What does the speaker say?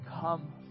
come